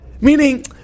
Meaning